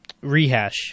Rehash